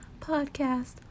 podcast